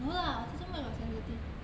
no lah autism where got sensitive